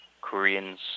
Koreans